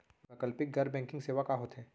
वैकल्पिक गैर बैंकिंग सेवा का होथे?